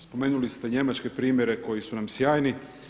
Spomenuli ste njemačke primjere koji su nam sjajni.